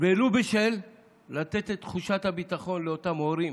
ולו בשביל לתת את תחושת הביטחון לאותם הורים,